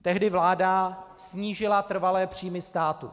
Tehdy vláda snížila trvalé příjmy státu.